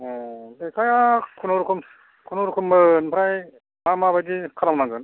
अ जखाया खुनुरखम खुनुरखममोन ओमफ्राय मा माबायदि खालामनांगोन